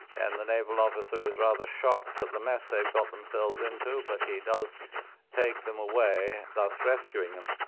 and the navel officer is rather shocked at the mess they've got themselves into, but he does take them away, thus rescuing them.